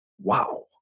Wow